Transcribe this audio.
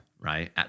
right